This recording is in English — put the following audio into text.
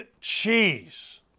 cheese